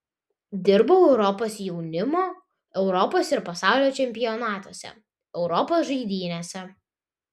dirbau europos jaunimo europos ir pasaulio čempionatuose europos žaidynėse